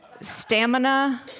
stamina